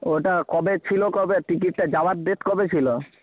ওটা কবে ছিল কবে টিকিটটা যাওয়ার ডেট কবে ছিল